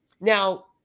now